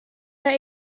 der